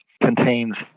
contains